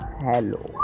hello